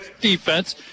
defense